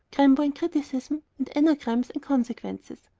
crambo and criticism and anagrams and consequences.